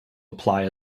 apply